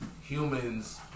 humans